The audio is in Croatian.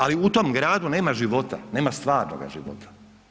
Ali u tom gradu nema života, nema stvarnoga života.